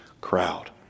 crowd